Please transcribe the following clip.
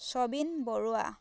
Sabin Barua